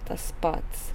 tas pats